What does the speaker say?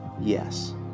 yes